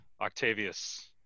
Octavius